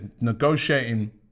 negotiating